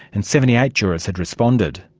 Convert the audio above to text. and seventy eight jurors had responded.